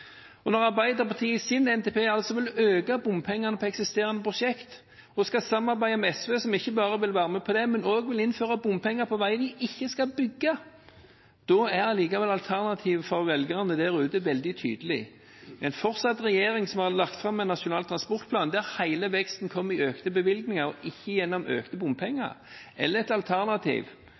kuttet? Når Arbeiderpartiet i sin NTP altså vil øke bompengene på eksisterende prosjekter og skal samarbeide med SV, som ikke bare vil være med på det, men som også vil innføre bompenger på vei de ikke skal bygge, er alternativet for velgerne der ute veldig tydelig: fortsatt en regjering som har lagt fram en nasjonal transportplan der hele veksten kommer i økte bevilgninger og ikke gjennom økte bompenger – eller et alternativ